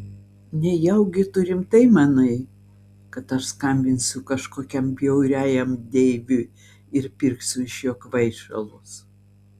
nejaugi tu rimtai manai kad aš skambinsiu kažkokiam bjauriajam deivui ir pirksiu iš jo kvaišalus